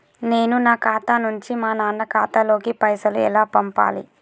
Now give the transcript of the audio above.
నేను నా ఖాతా నుంచి మా నాన్న ఖాతా లోకి పైసలు ఎలా పంపాలి?